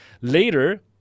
later